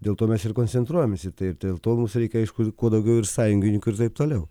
dėl to mes ir koncentruojamės į tai ir dėl to mums reikia aišku kuo daugiau ir sąjungininkų ir taip toliau